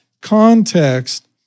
context